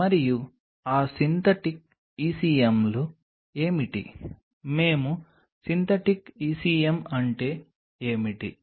మరియు ఆ సింథటిక్ ECMలు ఏమిటి మేము సింథటిక్ ECM అంటే ఏమిటి